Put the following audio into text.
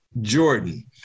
Jordan